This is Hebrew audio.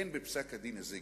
אין בפסק-הדין הזה גזענות.